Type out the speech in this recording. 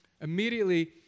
Immediately